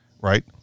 right